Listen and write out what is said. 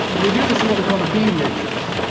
and we do this in what we call the bee matrix.